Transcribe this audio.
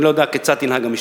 אני לא יודע כיצד תנהג המשטרה.